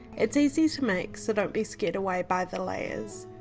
it's easy to make so don't be scared away by the layers.